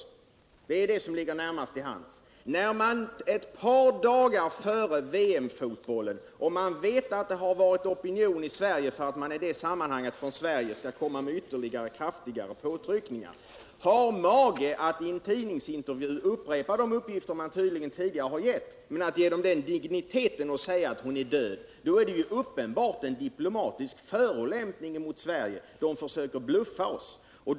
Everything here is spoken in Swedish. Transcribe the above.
Det är den slutsats som ligger närmast till hands, när man ett par dagar före VM-fotbollen - man vet att det väckts en opinion i Sverige för att vi i det sammanhanget skall göra ytterligare och kraftigare påtryckningar — har mage att i en tidningsintervju upprepa de uppgifter man tydligen tidigare lämnat att Dagmar Hagelin är däd, Det är en diplomatisk förolämpning mot Sverige - man försöker bluffa oss!